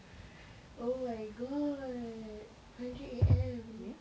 oh my god hundred A_M